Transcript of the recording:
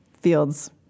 fields